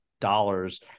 dollars